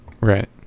right